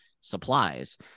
supplies